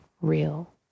real